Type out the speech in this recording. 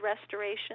restoration